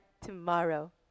tomorrow